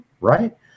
right